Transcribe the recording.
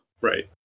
Right